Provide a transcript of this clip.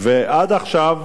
עד עכשיו